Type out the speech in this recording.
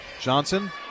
Johnson